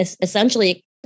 essentially